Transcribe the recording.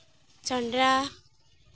ᱡᱚᱱᱰᱨᱟ